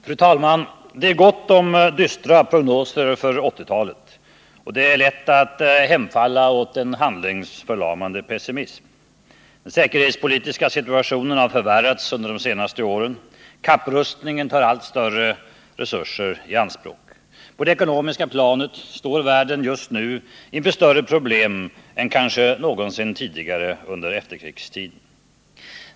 Fru talman! Det är gott om dystra prognoser för 1980-talet och lätt att hemfalla åt en handlingsförlamande pessimism. Den säkerhetspolitiska situationen har förvärrats under de senaste åren. Kapprustningen tar allt större resurser i anspråk. På det ekonomiska planet står världen just nu inför större problem än någonsin tidigare under efterkrigstiden.